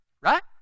right